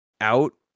out